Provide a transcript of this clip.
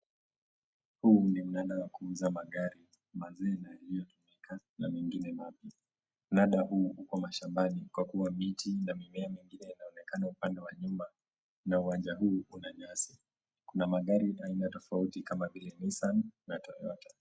Huu ni mnada wa kuuza magari mazee na iliyotumika na mengine mapya. Mnada huu uko mashambani kwa kuwa miti na mimea mengine yanaonekana upande wa nyuma na uwanja huu una nyasi. Kuna magari aina tofauti kama vile nissan na Toyota.